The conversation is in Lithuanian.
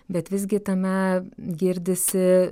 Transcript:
bet visgi tame girdisi